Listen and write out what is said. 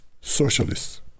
socialists